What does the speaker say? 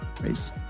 race